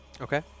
Okay